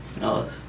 No